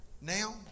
now